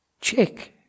check